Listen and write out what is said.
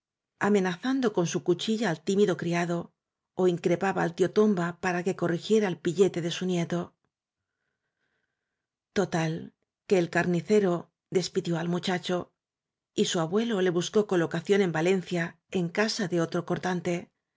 amenazando con su cuchilla al tímido criado ó increpaba al tío tomba para que corrigiera al píllete de su nieto total que el carnicero despidió al mucha cho y su abuelo le buscó colocación en valen cia en casa de otro cortante